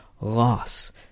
loss